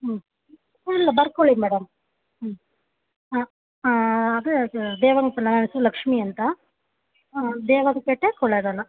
ಹ್ಞೂ ಇಲ್ಲ ಬರ್ಕೊಳ್ಳಿ ಮೇಡಮ್ ಹ್ಞೂ ಹಾಂ ಹಾಂ ಅದೇ ಆದ ದೇವನ್ಪ ನನ್ನ ಹೆಸ್ರು ಲಕ್ಷ್ಮೀ ಅಂತ ದೇವನಪೇಟೆ ಕೊಳ್ಳೆಗಾಲ